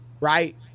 right